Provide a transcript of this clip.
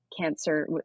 cancer